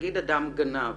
נגיד אדם גנב